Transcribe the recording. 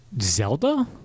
Zelda